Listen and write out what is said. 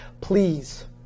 please